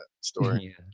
story